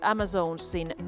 Amazonsin